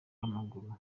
w’amaguru